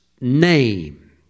name